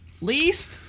Least